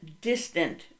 distant